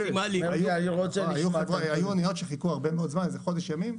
היו אוניות שחיכו הרבה מאוד זמן, חודש ימים.